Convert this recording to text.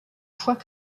foi